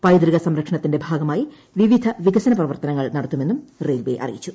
പൈതൃക സംരക്ഷണത്തിന്റെ ഭാഗമായി വിവിധ വികസന പ്രവർത്തനങ്ങൾ നടത്തുമെന്നും റെയിൽവേ അറിയിച്ചു